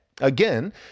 Again